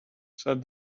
said